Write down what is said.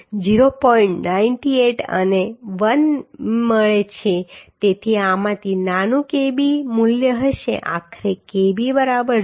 98 અને 1 મળે છે તેથી આમાંથી નાનું Kb મૂલ્ય હશે આખરે Kb બરાબર 0